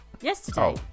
yesterday